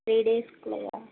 three டேஸ்குள்ளேயா